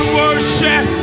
worship